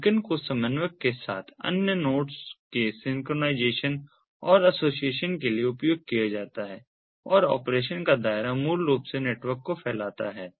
beacon को समन्वयक के साथ अन्य नोड्स के सिंक्रनाइज़ेशन और एसोसिएशन के लिए उपयोग किया जाता है और ऑपरेशन का दायरा मूल रूप से पूरे नेटवर्क को फैलाता है